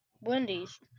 Wendy's